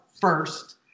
first